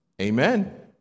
Amen